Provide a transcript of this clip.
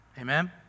Amen